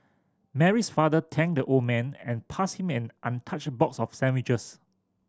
Mary's father thanked the old man and passed him an untouched box of sandwiches